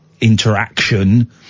interaction